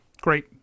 Great